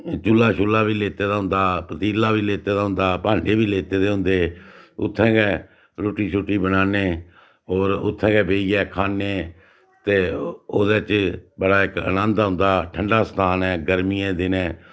चुल्ला शुल्ला बी लेते दा होंदा पतीला बी लेते दा होंदा भांडे बी लेते दे होंदे उत्थें गै रुट्टी शुट्टी बनाने होर उत्थें गै बेहियै खान्ने ते ओह्दे च बड़ा इक आनंद औंदा ठंडा स्थाान ऐ गर्मियें दिनें